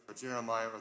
Jeremiah